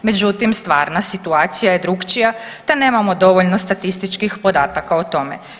Međutim, stvarna situacija je drukčija, te nemamo dovoljno statističkih podataka o tome.